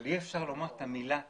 אבל אי-אפשר לומר את המילה "תחרות"